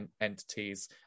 entities